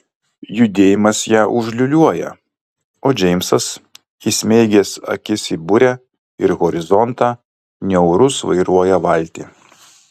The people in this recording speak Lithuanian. judėjimas ją užliūliuoja o džeimsas įsmeigęs akis į burę ir horizontą niaurus vairuoja valtį